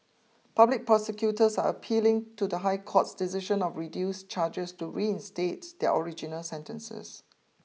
public prosecutors are appealing to the High Court's decision of reduced charges to reinstate their original sentences